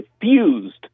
diffused